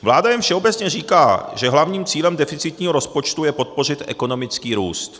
Vláda jen všeobecně říká, že hlavním cílem deficitního rozpočtu je podpořit ekonomický růst.